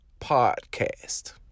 podcast